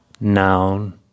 Noun